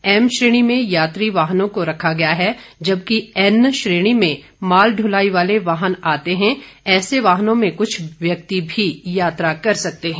M श्रेणी में यात्री वाहनों को रखा गया है जबकि एन श्रेणी में मालदुलाई वाले वाहन आते हैं ऐसे वाहनों में कुछ व्यक्ति भी यात्रा कर सकते हैं